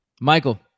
Michael